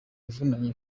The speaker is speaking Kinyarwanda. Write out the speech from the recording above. ivunanye